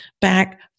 back